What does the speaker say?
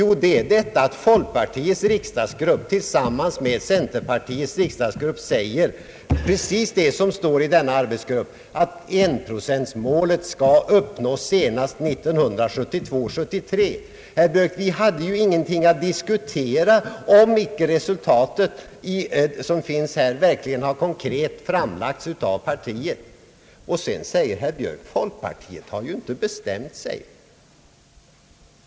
Jo, det är detta att folkpartiets riksdagsgrupp tillsammans med centerpartiets riksdagsgrupp säger precis det som står i arbetsgruppens skrift, att enprocentmålet skall uppnås senast 1972/73. Vi hade ju ingenting att diskutera om icke detta ställningstagande verkligen hade konkret framlagts av partiet. Ändå säger herr Björk att folkpartiet inte har bestämt sig.